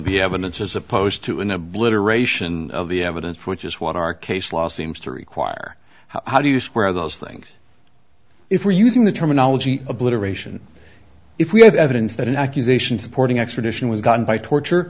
the evidence as opposed to in a blitter ration of the evidence which is what our case law seems to require how do you square those things if we're using the terminology obliteration if we have evidence that an accusation supporting extradition was gone by torture